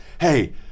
hey